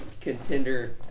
contender